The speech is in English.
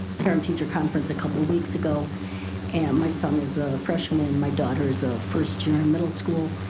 parent-teacher conference a couple weeks ago and my son is a freshman, my daughter is a first year in middle school,